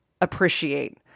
appreciate